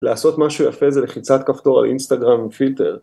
לעשות משהו יפה זה לחיצת כפתור על אינסטגרם ופילטר.